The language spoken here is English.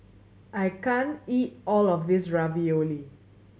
I can't eat all of this Ravioli